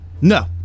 No